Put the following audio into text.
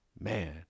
man